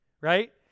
right